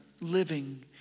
living